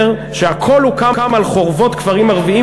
שהכול הוקם על חורבות כפרים ערביים,